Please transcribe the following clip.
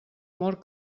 mort